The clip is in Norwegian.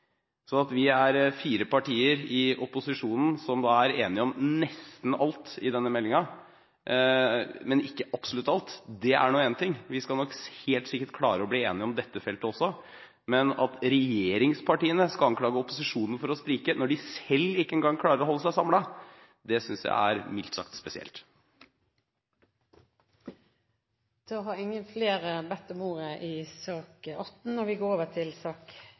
Vi er da fire partier i opposisjonen som er enige om nesten alt i denne meldingen, men ikke om absolutt alt. Det er nå én ting. Vi skal nok helt sikkert klare å bli enige om dette feltet også. Men at regjeringspartiene skal anklage opposisjonen for å sprike når de ikke engang selv klarer å holde seg samlet, synes jeg mildt sagt er spesielt. Flere har ikke bedt om ordet til sak nr. 18. Etter ønske fra næringskomiteen vil presidenten foreslå at taletiden begrenses til